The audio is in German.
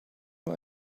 nur